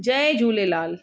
Jay Jhulelal